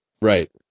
Right